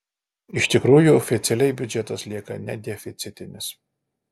iš tikrųjų oficialiai biudžetas lieka nedeficitinis